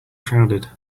crowded